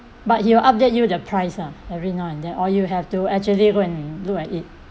but he will update you the price lah every now and then or you have to actually go and look at it